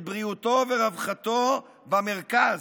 את בריאותו ורווחתו, במרכז.